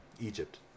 Egypt